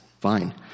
fine